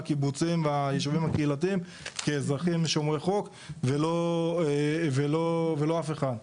הקיבוצים והישובים הקהילתיים כאזרחים שומרי חוק ולא אף אחד.